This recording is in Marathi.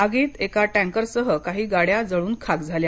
आगीत एका टँकर सह काही गाड्या जाळून खाक झाल्या